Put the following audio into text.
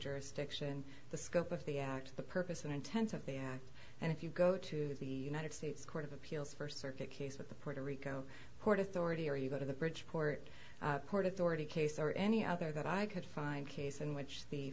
jurisdiction the scope of the act the purpose and intent of the and if you go to the united states court of appeals first circuit case with the puerto rico port authority or you go to the bridgeport port authority case or any other that i could find case in which the